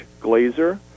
Glazer